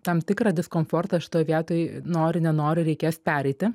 tam tikrą diskomfortą šitoj vietoj nori nenori reikės pereiti